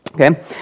okay